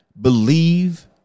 believe